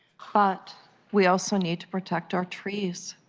but we also need to protect our trees.